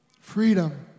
freedom